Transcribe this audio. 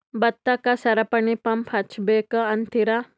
ಭತ್ತಕ್ಕ ಸರಪಣಿ ಪಂಪ್ ಹಚ್ಚಬೇಕ್ ಅಂತಿರಾ?